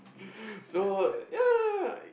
so ya